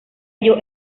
ello